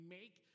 make